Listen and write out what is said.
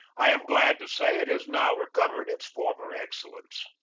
i am glad to say it has now recovered its former excellence.